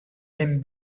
ben